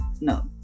No